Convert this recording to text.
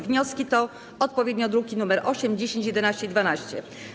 Wnioski to odpowiednio druki nr 8, 10, 11 i 12.